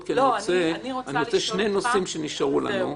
יש לנו עוד שני נושאים שנשארו לנו.